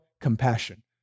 compassion